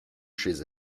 chez